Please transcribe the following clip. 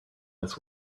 this